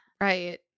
right